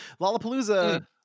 Lollapalooza